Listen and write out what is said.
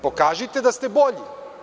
Pokažite da ste bolji.